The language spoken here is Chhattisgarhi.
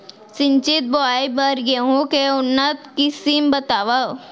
सिंचित बोआई बर गेहूँ के उन्नत किसिम बतावव?